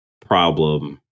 problem